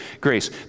grace